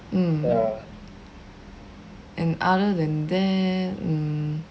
mm and other than that mm